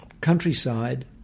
countryside